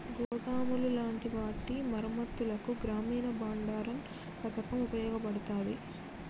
గోదాములు లాంటి వాటి మరమ్మత్తులకు గ్రామీన బండారన్ పతకం ఉపయోగపడతాది